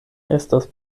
estas